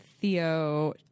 theo